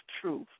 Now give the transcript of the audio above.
truth